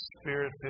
spirit